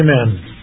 Amen